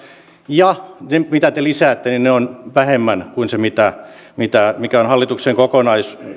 ja se mitä te lisäätte on vähemmän kuin se mikä on hallituksen